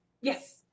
Yes